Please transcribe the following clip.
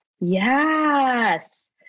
Yes